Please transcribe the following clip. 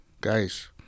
Guys